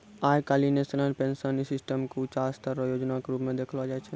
आइ काल्हि national pension system के ऊंचों स्तर रो योजना के रूप मे देखलो जाय छै